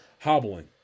hobbling